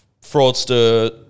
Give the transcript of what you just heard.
Fraudster